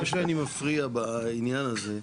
סליחה שאני מפריע בעניין הזה.